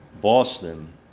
Boston